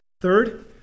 Third